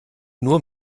nur